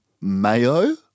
Mayo